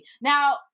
now